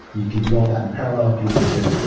you can do all that in parallel if you need to,